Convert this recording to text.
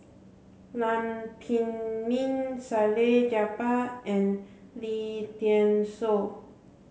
Lam Pin Min Salleh Japar and Lim Thean Soo